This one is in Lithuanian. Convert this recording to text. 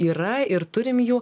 yra ir turim jų